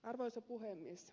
arvoisa puhemies